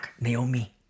Naomi